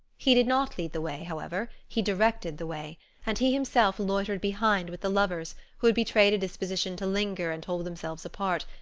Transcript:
he did not lead the way, however, he directed the way and he himself loitered behind with the lovers, who had betrayed a disposition to linger and hold themselves apart.